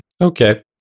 okay